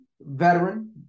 veteran